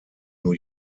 new